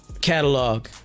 catalog